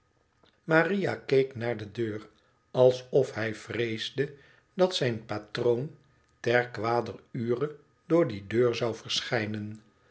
riah keek naar de deur alsof hij vreesde dat zijn patroon ter kwader ure door die deur zou verschijnen